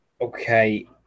Okay